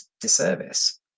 disservice